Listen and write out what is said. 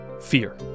fear